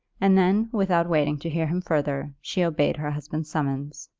and then, without waiting to hear him further, she obeyed her husband's summons.